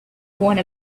one